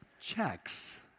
checks